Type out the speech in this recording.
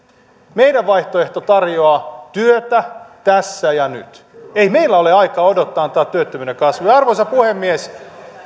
meidän vaihtoehtomme tarjoaa työtä tässä ja nyt ei meillä ole aikaa odottaa ja antaa työttömyyden kasvaa arvoisa puhemies